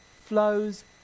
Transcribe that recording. flows